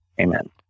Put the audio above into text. Amen